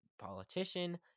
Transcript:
politician